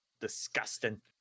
Disgusting